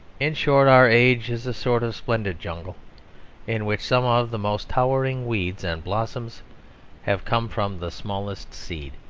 in short, our age is a sort of splendid jungle in which some of the most towering weeds and blossoms have come from the smallest seed.